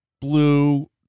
blue